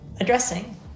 addressing